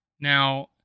Now